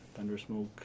Thundersmoke